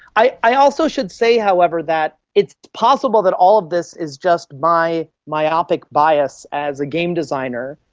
i i also should say, however, that it's possible that all of this is just my myopic bias as a game designer.